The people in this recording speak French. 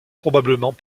probablement